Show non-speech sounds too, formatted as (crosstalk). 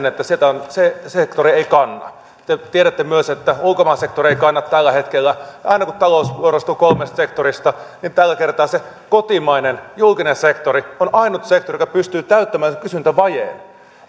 (unintelligible) että se sektori ei kanna te tiedätte myös että ulkomaan sektori ei kanna tällä hetkellä aina kun talous muodostuu kolmesta sektorista niin tällä kertaa se kotimainen julkinen sektori on ainut sektori joka pystyy täyttämään tämän kysyntävajeen